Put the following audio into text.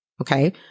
Okay